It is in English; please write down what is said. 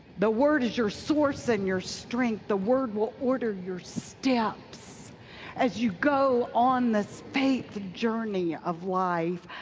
the word is your source and your strength. the word will order your steps as you go on this faith journey of life.